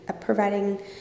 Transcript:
providing